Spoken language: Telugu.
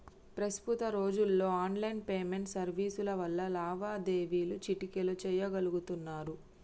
ప్రస్తుత రోజుల్లో ఆన్లైన్ పేమెంట్ సర్వీసుల వల్ల లావాదేవీలు చిటికెలో చెయ్యగలుతున్నరు